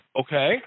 Okay